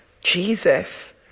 Jesus